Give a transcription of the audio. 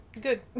good